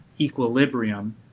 equilibrium